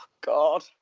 God